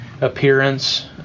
appearance